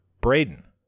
Braden